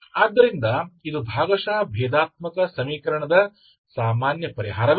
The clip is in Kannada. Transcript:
ಆದ್ದರಿಂದ ಇದು ಭಾಗಶಃ ಭೇದಾತ್ಮಕ ಸಮೀಕರಣದ ಸಾಮಾನ್ಯ ಪರಿಹಾರವೇ ಸರಿ